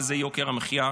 וזה יוקר המחיה.